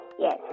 Yes